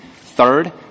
Third